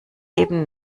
eben